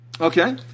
Okay